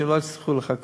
כדי שלא יצטרכו לחכות.